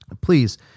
Please